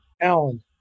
Alan